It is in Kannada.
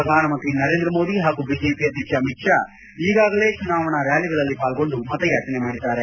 ಪ್ರಧಾನಮಂತ್ರಿ ನರೇಂದ್ರ ಮೋದಿ ಹಾಗೂ ಬಿಜೆಪಿ ಅಧ್ಯಕ್ಷ ಅಮಿತ್ ಶಾ ಈಗಾಗಲೇ ಚುನಾವಣಾ ರ್ಕಾಲಿಗಳಲ್ಲಿ ಪಾಲ್ಗೊಂಡು ಮತಯಾಚನೆ ಮಾಡಿದ್ದಾರೆ